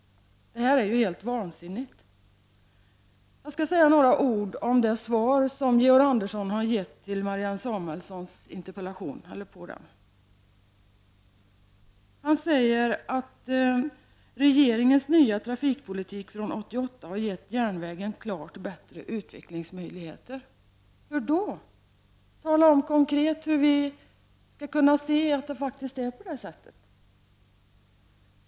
Detta är ju helt vansinnigt! Jag skall säga några ord om det svar som Georg Andersson har givit på Marianne Samuelssons interpellation. Han säger att regeringens nya trafikpolitik från 1988 har givit järnvägen klart bättre utvecklingsmöjligheter. Hur då? Tala om konkret hur vi skall kunna se att det faktiskt är på det sättet!